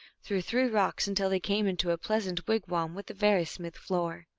through three rocks, until they came into a pleasant wigwam with a very smooth floor.